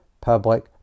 public